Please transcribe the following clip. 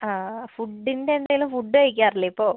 ആ ഫുഡിൻ്റെ എന്തെങ്കിലും ഫുഡ് കഴിക്കാറില്ലേ ഇപ്പോൾ